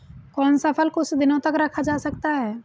कौन सा फल कुछ दिनों तक रखा जा सकता है?